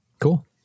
cool